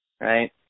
right